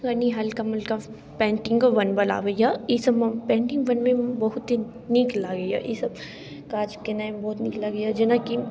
कनी हल्का मुल्का पेन्टिङ्गो बनबऽ लऽ आबैए ईसब पेन्टिङ्ग बनबैमे बहुत नीक लागैए ईसब काज केनाइ बहुत नीक लगैए जेनाकी